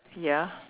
ya